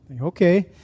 Okay